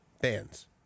bands